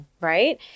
right